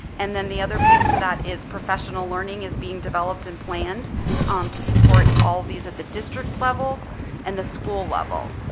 and then the other piece to that is, professional learning is being developed and planned to support all of these at the district level and the school level.